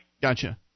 Gotcha